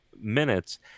minutes